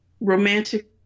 romantic